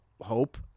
hope